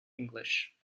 english